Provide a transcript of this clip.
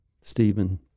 Stephen